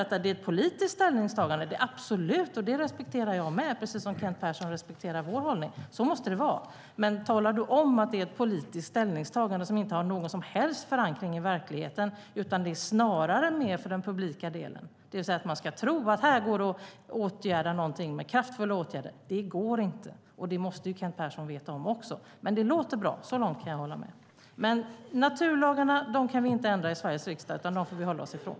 Det är ett politiskt ställningstagande, absolut, och det respekterar jag, precis som Kent Persson respekterar vår hållning. Så måste det vara. Men talar du om att det är ett politiskt ställningstagande som inte har någon som helst förankring i verkligheten utan snarare är en del av det publika, det vill säga att folk ska tro att här går det att göra någonting med kraftfulla åtgärder? Det går inte, och det måste även Kent Persson veta om. Men det låter bra - så långt kan jag hålla med. Naturlagarna kan vi inte ändra i Sveriges riksdag, utan dem får vi hålla oss ifrån.